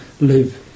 live